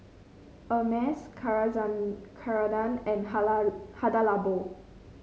Hermes Carrera and Hada Labo